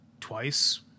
twice